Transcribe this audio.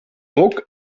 druck